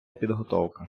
підготовка